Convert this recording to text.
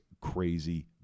crazy